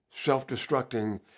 self-destructing